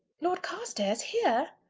lord carstairs here?